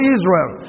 Israel